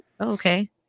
Okay